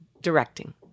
directing